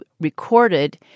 recorded